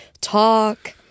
talk